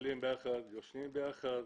אוכלים ביחד, ישנים ביחד,